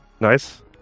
Nice